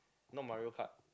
not Mario-Kart